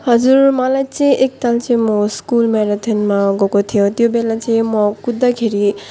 हजुर मलाई चाहिँ एकताल चाहिँ म स्कुल म्याराथोनमा गएको थियो त्यो बेला चाहिँ म कुद्दाखेरि